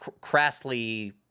crassly